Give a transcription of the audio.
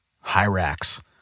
Hyrax